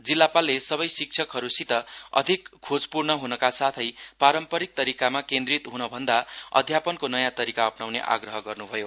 जिल्लापालले सबै शिक्षकहरुसित अधिक खोजपूर्ण ह्नका साथै पारम्परिक तरिकामा केन्द्रित ह्न भन्दा अध्यापनको नयाँ तरिका अपनाउने आग्रह गर्नुभयो